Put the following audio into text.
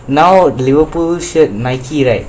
now liverpool shirt ninety right